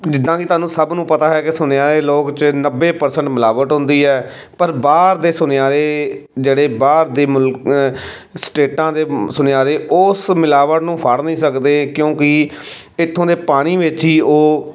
ਜਿੱਦਾਂ ਕਿ ਤੁਹਾਨੂੰ ਸਭ ਨੂੰ ਪਤਾ ਹੈ ਕਿ ਸੁਣਿਆ ਇਹ ਲੋਕ 'ਚ ਨੱਬੇ ਪਰਸੈਂਟ ਮਿਲਾਵਟ ਹੁੰਦੀ ਹੈ ਪਰ ਬਾਹਰ ਦੇ ਸੁਨਿਆਰੇ ਜਿਹੜੇ ਬਾਹਰ ਦੇ ਮੁਲ ਸਟੇਟਾਂ ਦੇ ਸੁਨਿਆਰੇ ਉਸ ਮਿਲਾਵਟ ਨੂੰ ਫੜ ਨਹੀਂ ਸਕਦੇ ਕਿਉਂਕਿ ਇਥੋਂ ਦੇ ਪਾਣੀ ਵਿੱਚ ਹੀ ਉਹ